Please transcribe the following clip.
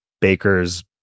Baker's